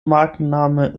markenname